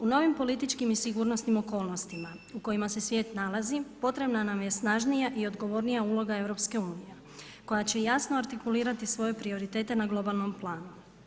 U novim političkim i sigurnosnim okolnostima u kojima se svijet nalazi potrebna nam je snažnija i odgovornija uloga EU koja će jasno artikulirati svoje prioritete na globalnom planu.